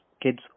Kids